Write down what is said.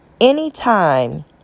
anytime